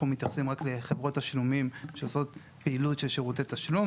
אנחנו מתייחסים רק לחברות תשלומים שעושות פעילות של שירותי תשלום,